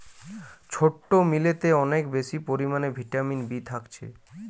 ছোট্ট মিলেতে অনেক বেশি পরিমাণে ভিটামিন বি থাকছে